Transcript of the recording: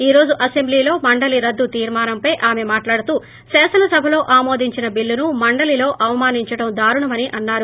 ఈ రోజు అసెంబ్లీలో మండలి రద్దు తీర్మానంపై ఆమె మాట్లాడుతూ శాసనసభలో ఆమోదించిన బిల్లును మండలిలో అవమానించడం దారుణమని అన్నారు